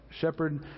shepherd